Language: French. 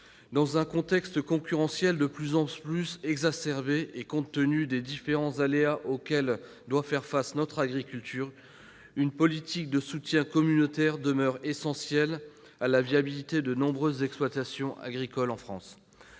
Dans un contexte concurrentiel de plus en plus exacerbé et compte tenu des différents aléas auxquels doit faire face notre agriculture, une politique européenne de soutien demeure essentielle à la viabilité de nombreuses exploitations agricoles en France.